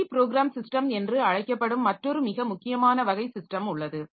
multi program system என்று அழைக்கப்படும் மற்றொரு மிக முக்கியமான வகை சிஸ்டம் உள்ளது